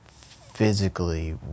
physically